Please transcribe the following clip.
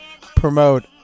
promote